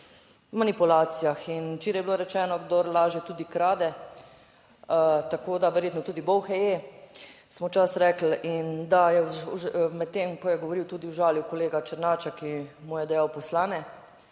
manipulacijah in včeraj je bilo rečeno, kdor laže tudi krade. Tako, da verjetno tudi bolhe je, smo včasih rekli in da je medtem, ko je govoril, tudi užalil kolega Černača, ki mu je dejal poslane,